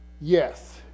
yes